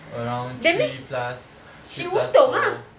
around three plus three plus four